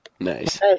Nice